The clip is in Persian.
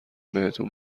بهتون